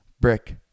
brick